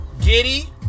Giddy